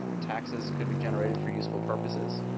taxes could be generated for useful purposes.